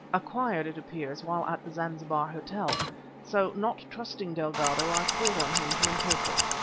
acquired, it appears, while at the zanzibar hotel so, not trusting delgado, i called on him to interpret.